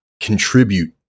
contribute